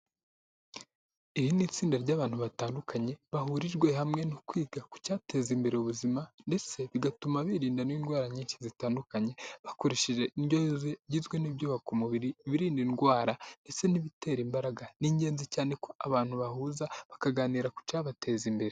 Iri ni itsinda ry'abantu batandukanye bahurijwe hamwe no kwiga ku cyateza imbere ubuzima ndetse bigatuma birinda n'indwara nyinshi zitandukanye, bakoresheje indyo yuzuye igizwe n'ibyubaka umubiri, ibirinda indwara ndetse n'ibitera imbaraga. Ni ingenzi cyane ko abantu bahuza bakaganira ku cyabateza imbere.